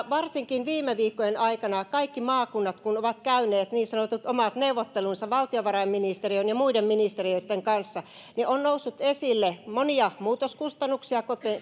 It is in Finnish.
varsinkin viime viikkojen aikana kaikki maakunnat kun ovat käyneet niin sanotut omat neuvottelunsa valtiovarainministeriön ja muiden ministeriöitten kanssa on noussut esille monia muutoskustannuksia